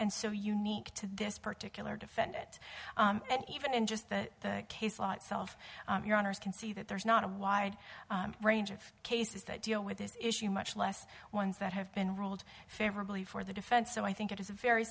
and so unique to this particular defend it and even in just the case law itself your honour's can see that there's not a wide range of cases that deal with this issue much less ones that have been ruled favorably for the defense so i think it is a very